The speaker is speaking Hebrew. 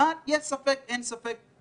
אבל אם יש ספק אין ספק.